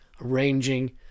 arranging